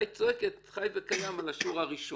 היית צועקת חי וקיים על השיעור הראשון,